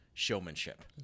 showmanship